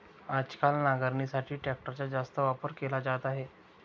आजकाल नांगरणीसाठी ट्रॅक्टरचा जास्त वापर केला जात आहे